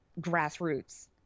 grassroots